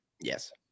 Yes